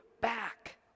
back